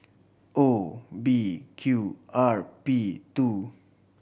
O B Q R P two